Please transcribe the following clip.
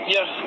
Yes